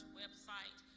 website